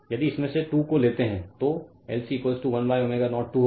यदि इसमें से 2 को लेते हैं तो LC 1ω0 2 होगा